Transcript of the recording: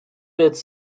its